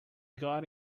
got